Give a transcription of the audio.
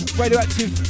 radioactive